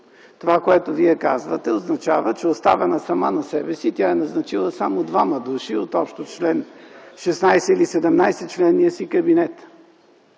Това, което Вие казвате, означава, че е оставена сама на себе си. Тя е назначила само двама души от общо 16 или 17-членния си кабинет,